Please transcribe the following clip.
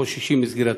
חוששים מסגירתם.